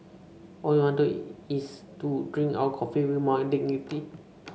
all we want is to drink our coffee with some dignity